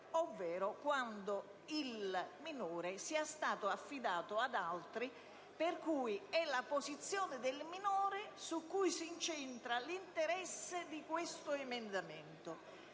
ovvero quando il minore sia stato affidato ad altri, per cui è la posizione del minore su cui si incentra l'interesse di questo emendamento.